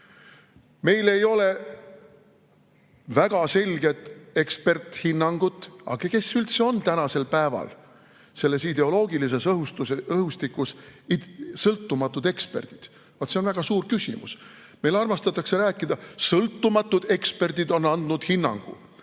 Meil ei ole väga selget eksperthinnangut. Aga kes üldse on tänasel päeval selles ideoloogilises õhustikus sõltumatud eksperdid? See on väga suur küsimus. Meil armastatakse rääkida, et sõltumatud eksperdid on andnud hinnangu.